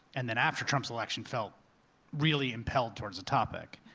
and then after trump's election, felt really impelled towards the topic.